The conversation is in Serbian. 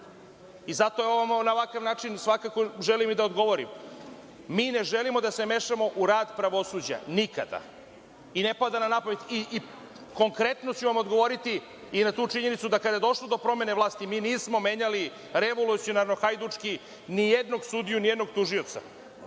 Zato ovo na ovakav način svakako želim da odgovorim. Mi ne želimo da se mešamo u rad pravosuđa, nikada, i ne pada nam na pamet i konkretno ću vam odgovoriti i na tu činjenicu da kada je došlo do promene vlasti, mi nismo menjali revolucionarno, hajdučki nijednog sudiju, nijednog tužioca.